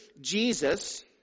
Jesus